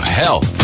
health